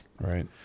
Right